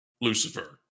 Lucifer